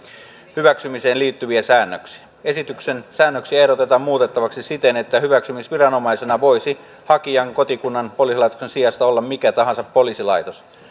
hyväksymiseen liittyviä säännöksiä esityksen säännöksiä ehdotetaan muutettavaksi siten että hyväksymisviranomaisena voisi hakijan kotikunnan poliisilaitoksen sijasta olla mikä tahansa poliisilaitos